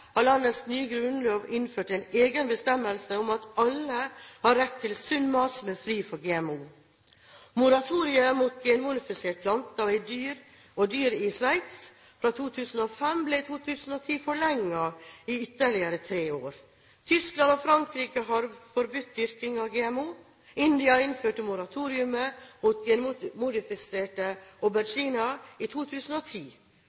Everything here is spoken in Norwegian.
har landets nye grunnlov innført en egen bestemmelse om at alle har rett til sunn mat som er fri for GMO. Moratoriet mot genmodifiserte planter og dyr i Sveits fra 2005 ble i 2010 forlenget i ytterligere tre år. Tyskland og Frankrike har forbudt dyrking av GMO. India innførte moratoriet mot